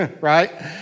right